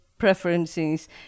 preferences